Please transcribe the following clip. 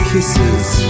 Kisses